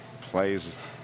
plays